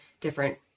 different